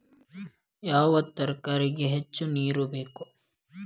ಯಾವ ತರಕಾರಿಗೆ ಹೆಚ್ಚು ನೇರು ಬೇಕು?